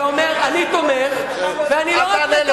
זה אומר: אני תומך, ואני מאוד מקווה,